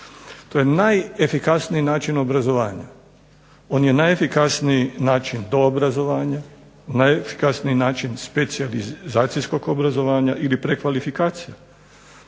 To je najefikasniji način obrazovanja, on je najefikasniji način doobrazovanja, specijalizacijskog obrazovanja ili prekvalifikacije.